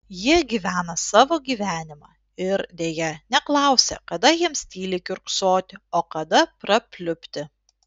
jie gyvena savo gyvenimą ir deja neklausia kada jiems tyliai kiurksoti o kada prapliupti